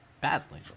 badly